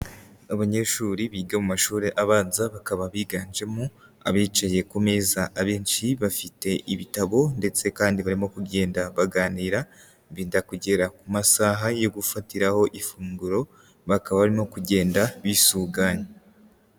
Abanyeshuri biga mu mashuri abanza, bakaba biganjemo abicaye ku meza, abenshi bafite ibitabo ndetse kandi barimo kugenda baganira benda kugera ku masaha yo gufatiraho ifunguro, bakaba barimo kugenda bisuganya.